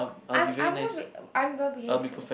I I won't be I am well behave too